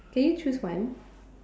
can you choose one